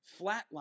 flatline